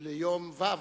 ליום ו',